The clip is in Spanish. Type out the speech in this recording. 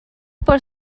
por